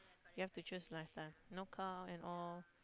you have to choose lifestyle no car and all